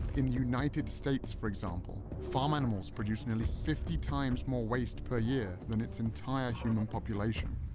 in the united states, for example, farm animals produce nearly fifty times more waste per year than its entire human population,